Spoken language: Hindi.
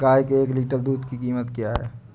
गाय के एक लीटर दूध की कीमत क्या है?